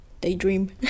daydream